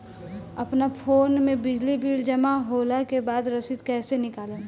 अपना फोन मे बिजली बिल जमा होला के बाद रसीद कैसे निकालम?